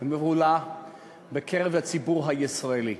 ובהלה בקרב הציבור הישראלי.